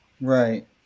Right